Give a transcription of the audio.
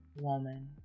woman